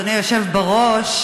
אדוני היושב בראש,